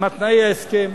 מה תנאי ההסכם,